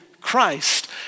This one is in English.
Christ